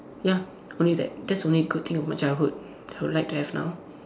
ya only that that's the only good thing of my childhood I would like to have now